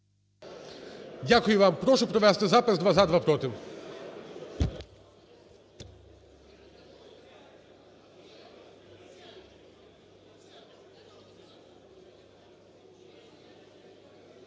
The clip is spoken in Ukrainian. Дякую вам. Прошу провести запис: два – за, два – проти.